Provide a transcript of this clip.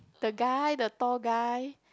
the guy the tall guy